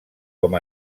com